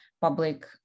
public